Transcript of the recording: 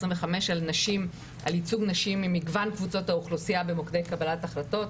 על ייצוג נשים ממגוון קבוצות האוכלוסייה במוקדי קבלת החלטות,